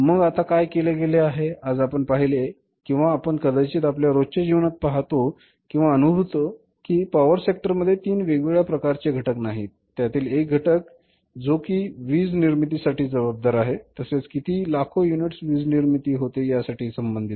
मग आता काय केले गेले आहे आज आपण पाहिले असेल किंवा आपण कदाचित आपल्या रोजच्या जीवनात पाहत किंवा अनुभवत असाल की पॉवर सेक्टरमध्ये तीन वेगवेगळ्या प्रकारचे घटक नाहीत त्यातील एक घटक जो कि वीज निर्मिती साठी जबाबदार आहे तसेच किती लाखो युनिट्स वीजनिर्मिती होते यासाठी संबंधीत आहे